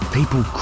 People